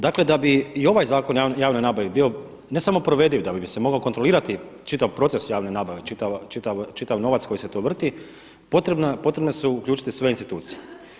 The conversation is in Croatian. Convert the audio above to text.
Dakle, da bi i ovaj Zakon o javnoj nabavi bio ne samo provediv nego da bi se mogao i kontrolirati čitav proces javne nabave, čitav novac koji se tu vrti, potrebno je uključiti se sve institucije.